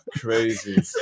crazy